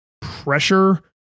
pressure